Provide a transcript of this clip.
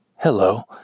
Hello